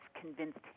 convinced